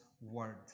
word